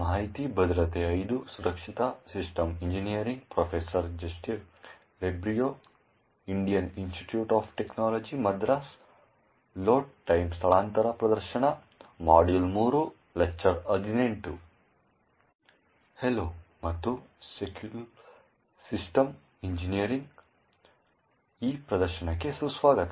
hello ಮತ್ತು secure system engineering ಕೋರ್ಸ್ನಲ್ಲಿನ ಈ ಪ್ರದರ್ಶನಕ್ಕೆ ಸ್ವಾಗತ